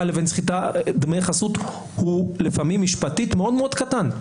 לבין סחיטת דמי חסות היא לפעמים משפטית מאוד קטן,